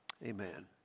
Amen